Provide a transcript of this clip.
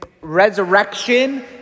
resurrection